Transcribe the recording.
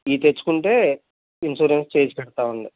ఇవి తెచ్చుకుంటే ఇన్సూరెన్స్ చేసి పెడతామండి